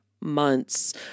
months